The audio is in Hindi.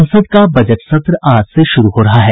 संसद का बजट सत्र आज से शुरू हो रहा है